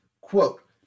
Quote